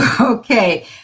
Okay